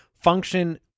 function